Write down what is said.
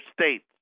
states